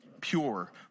pure